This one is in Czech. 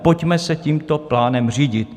Pojďme se tímto plánem řídit.